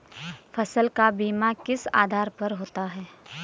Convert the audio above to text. फसल का बीमा किस आधार पर होता है?